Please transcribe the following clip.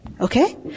Okay